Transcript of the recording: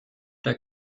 der